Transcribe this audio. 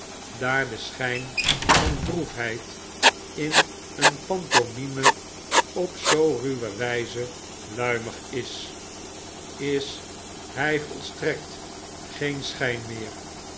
daar de schjn van droefheid in een pantomime op zoo ruwe wjjze luimig is is hrj volstrekt geen schijn meer